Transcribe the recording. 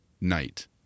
night